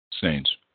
Saints